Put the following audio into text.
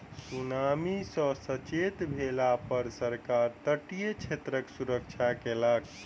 tsunami सॅ सचेत भेला पर सरकार तटीय क्षेत्रक सुरक्षा कयलक